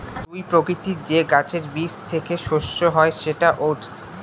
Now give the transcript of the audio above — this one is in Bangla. জুঁই প্রকৃতির যে গাছের বীজ থেকে শস্য হয় সেটা ওটস